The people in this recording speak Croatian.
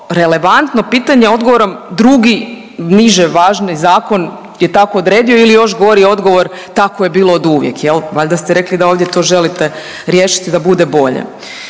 relevantno pitanje odgovorom, drugi niže važni zakon je tako odredio ili još gori odgovor, tako je bilo oduvijek, je li? Valjda ste rekli da ovdje to želite riješiti da bude bolje.